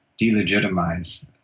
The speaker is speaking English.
delegitimize